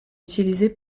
utilisé